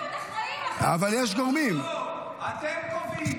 צריכים להיות אחראיים --- לא, אתם קובעים.